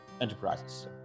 enterprises